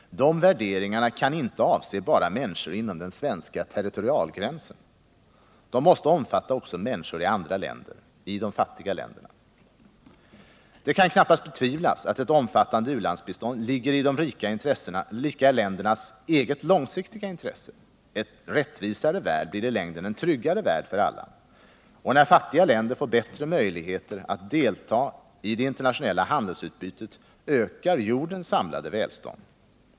De värderingarna kan inte avse bara människor inom den svenska territorialgränsen; de måste omfatta också människor i andra länder — i de fattiga länderna. Det kan knappast betvivlas att ett omfattande bistånd ligger i de rika ländernas eget långsiktiga intresse. En rättvisare värld blir i längden en tryggare värld för alla, och när fattiga länder får bättre möjligheter att delta i det internationella handelsutbytet ökar jordens samlade välstånd.